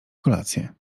kolację